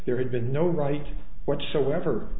there had been no right whatsoever